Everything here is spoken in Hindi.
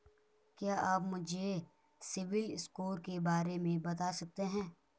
क्या आप मुझे सिबिल स्कोर के बारे में बता सकते हैं?